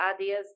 ideas